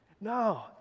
No